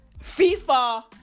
FIFA